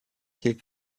qu’il